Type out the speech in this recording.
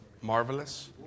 Marvelous